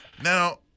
Now